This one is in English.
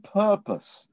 purpose